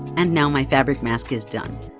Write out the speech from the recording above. and now my fabric mask is done!